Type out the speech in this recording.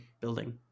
building